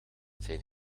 zijn